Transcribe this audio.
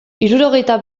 hirurogeita